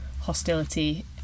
hostility